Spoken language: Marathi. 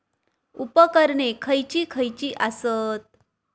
उपकरणे खैयची खैयची आसत?